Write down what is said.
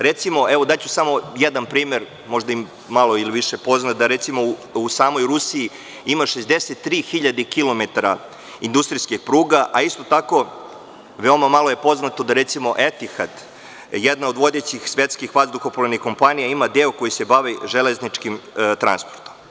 Recimo, daću samo jedan primer, možda malo ili više poznat, da, recimo, u samoj Rusiji ima 63.000 kilometara industrijskih pruga, a isto tako veoma malo je poznato da, recimo, „Etihad“, jedna od vodećih svetskih vazduhoplovnih kompanija ima deo koji se bavi železničkim transportom.